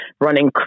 running